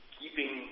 keeping